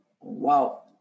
Wow